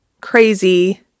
crazy